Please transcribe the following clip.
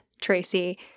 Tracy